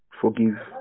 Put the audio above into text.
Forgive